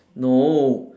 no